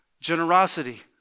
Generosity